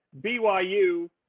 BYU